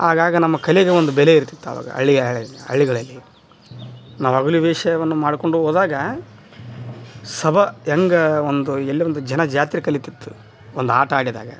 ಆಗಾಗ ನಮ್ಮ ಕಲೆಗೆ ಒಂದು ಬೆಲೆ ಇರ್ತಿತ್ತು ಆವಾಗ ಹಳ್ಳಿಯ ಹಳ್ಳಿಗಳಲ್ಲಿ ನಾವು ಹಗ್ಲು ವೇಷವನ್ನು ಮಾಡ್ಕೊಂಡು ಹೋದಾಗ ಸಭಾ ಹೆಂಗ ಒಂದು ಎಲ್ಲಿ ಒಂದು ಜನ ಜಾತ್ರೆ ಕಲಿತಿತ್ತು ಒಂದು ಆಟಾಡಿದಾಗ